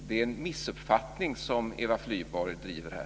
Det är en missuppfattning som Eva Flyborg driver här.